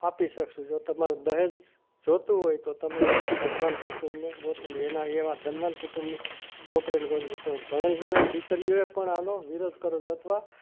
આપી શકીશું જો તમારે દહેજ જોઈતું હોય તો તમે એવા ધનવાન કુટુંબને ગોતી લો એના એવા ધનવાન કુટુંબની છોકરીને ગોતી લો તો ભણેલ ગણેલ દીકરીઓએ પણ આનો વિરોધ કરવો જોઈએ અથવા